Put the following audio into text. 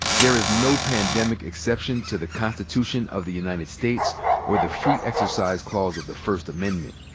there is no pandemic exception to the constitution of the united states or the free exercise clause of the first amendment.